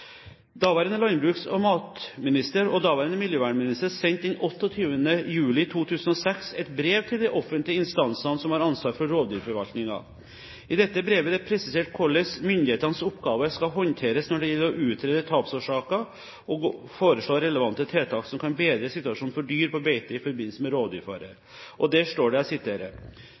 Daværende landbruks- og matminister og daværende miljøvernminister sendte den 28. juli 2006 et brev til de offentlige instansene som har ansvar for rovdyrforvaltningen. I dette brevet er det presisert hvordan myndighetenes oppgaver skal håndteres når det gjelder å utrede tapsårsaker og foreslå relevante tiltak som kan bedre situasjonen for dyr på beite i forbindelse med rovdyrfare. Der står det: